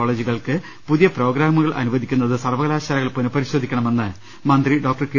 കോളേജുകൾക്ക് പുതിയ പ്രോഗ്രാമുകൾ അനുവദിക്കുന്നത് സർവകലാശാലകൾ പുനപരിശോധിക്കണമെന്ന് മന്ത്രി ഡോക്ടർ കെ